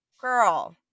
girl